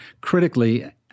critically